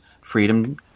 freedom